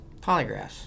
Polygraphs